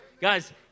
Guys